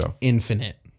infinite